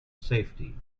safety